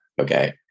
okay